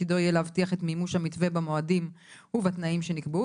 תפקידו יהיה להבטיח את מימוש המתווה במועדים ובתנאים שנקבעו.